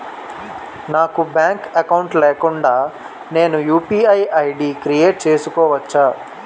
నాకు bank account లేకుండా నేను యు.పి.ఐ ఐ.డి క్రియేట్ చేసుకోవచ్చా?